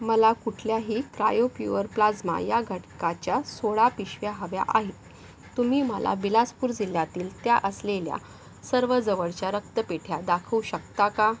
मला कुठल्याही cryo poor plasma या घटकाच्या सोळा पिशव्या हव्या आहे तुम्ही मला बिलासपूर जिल्ल्यातील त्या असलेल्या सर्व जवळच्या रक्तपेढ्या दाखवू शकता का